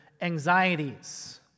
anxieties